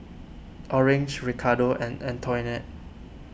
Orange Ricardo and Antoinette